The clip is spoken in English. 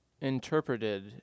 interpreted